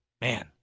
Man